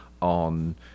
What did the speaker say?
on